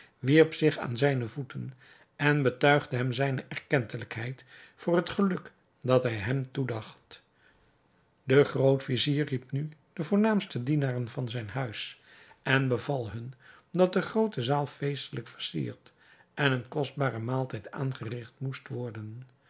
wierp zich aan zijne voeten en betuigde hem zijne erkentelijkheid voor het geluk dat hij hem toedacht de groot-vizier riep nu de voornaamste dienaren van zijn huis en beval hun dat de groote zaal feestelijk versierd en een kostbaren maaltijd aangerigt moest worden